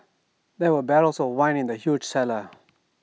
there were barrels of wine in the huge cellar